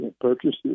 purchases